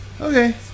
Okay